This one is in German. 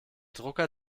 drucker